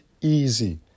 easy